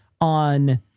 on